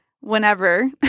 whenever